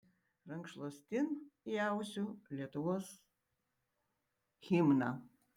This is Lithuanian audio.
rankšluostin įausiu lietuvos himną